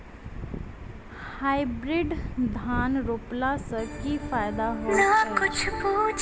Hybrid धान रोपला सँ की फायदा होइत अछि?